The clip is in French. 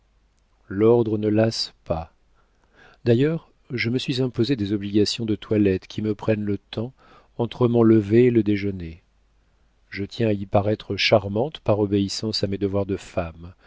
l'ordre ne lasse pas d'ailleurs je me suis imposé des obligations de toilette qui me prennent le temps entre mon lever et le déjeuner je tiens à y paraître charmante par obéissance à mes devoirs de femme